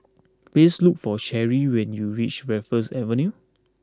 please look for Cherri when you reach Raffles Avenue